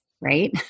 right